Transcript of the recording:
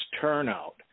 turnout